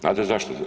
Znate zašto?